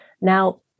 Now